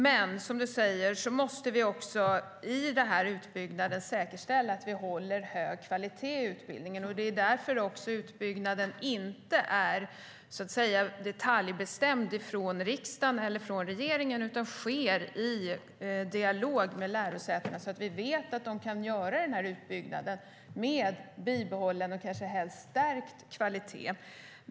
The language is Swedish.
Men som du säger måste vi vid utbyggnaden säkerställa att utbildningen håller hög kvalitet. Det är därför utbildningen inte är detaljbestämd av riksdagen eller regeringen utan sker i dialog med lärosätena så att vi vet att de kan göra utbyggnaden med bibehållen och helst stärkt kvalitet.